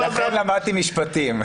לכן למדתי משפטים.